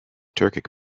turkic